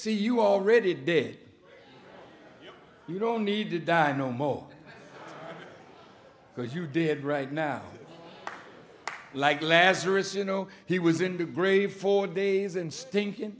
see you already did you don't need to die no more because you did right now like lazarus you know he was in the grave for days and stinking